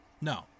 No